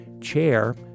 chair